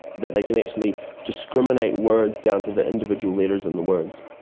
that they can actually discriminate words down to the individual letters in the words.